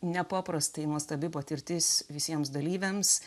nepaprastai nuostabi patirtis visiems dalyviams